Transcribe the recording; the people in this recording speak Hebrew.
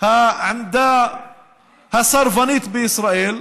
העמדה הסרבנית בישראל,